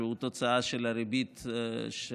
שהוא תוצאה של הריבית של